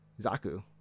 Zaku